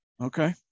Okay